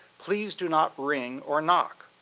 please do not ring or knock.